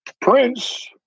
Prince